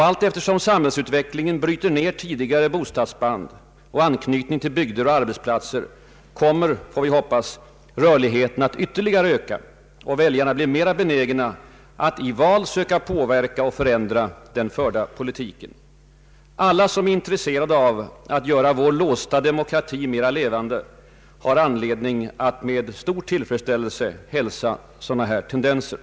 Allteftersom samhällsutvecklingen bryter ner tidigare bostadsband och anknytning till bygder och arbetsplatser, kommer — får vi hoppas — rörligheten att ytterligare öka och väljarna bli mera benägna att i val söka påverka och förändra den förda politiken. Alla som är intresserade av att göra vår låsta demokrati mera levande har anledning att med stor tillfredsställelse hälsa sådana tendenser.